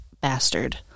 bastard